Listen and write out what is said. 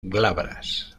glabras